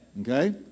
Okay